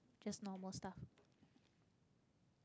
jsut normal stuff